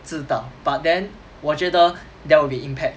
知道 but then 我觉得 there will be impact